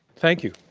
thank you.